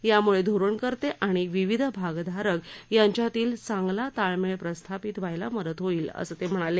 यामुळे धोरणकर्ते आणि विविध भागधारक यांच्यातील चांगला ताळमेळ प्रस्थापित व्हायला मदत होईल असं ते म्हणाले